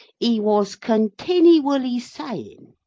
he was continiwally saying,